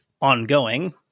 ongoing